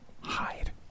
Hide